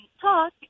talk